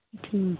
ਠੀਕ ਆ